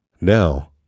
now